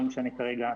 לא משנה כרגע,